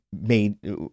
made